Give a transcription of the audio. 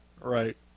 Right